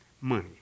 money